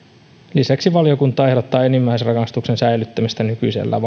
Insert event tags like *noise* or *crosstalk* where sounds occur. lisäksi valiokunta ehdottaa enimmäisrangaistuksen säilyttämistä nykyisellään *unintelligible*